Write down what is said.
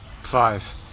Five